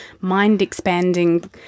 mind-expanding